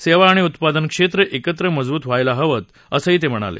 सेवा आणि उत्पादन क्षेत्र एकत्र मजबूत व्हायला हवीतअसंही ते म्हणाले